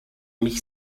mich